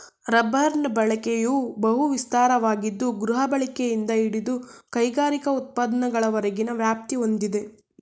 ರಬ್ಬರ್ನ ಬಳಕೆಯು ಬಹು ವಿಸ್ತಾರವಾಗಿದ್ದು ಗೃಹಬಳಕೆಯಿಂದ ಹಿಡಿದು ಕೈಗಾರಿಕಾ ಉತ್ಪನ್ನಗಳವರೆಗಿನ ವ್ಯಾಪ್ತಿ ಹೊಂದಿದೆ